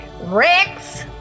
Rex